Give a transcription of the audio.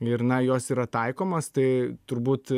ir na jos yra taikomos tai turbūt